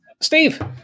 Steve